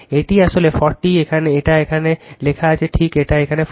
এটা আসলে 40 এটা এখানে লেখা আছে ঠিক এটা এখানে 40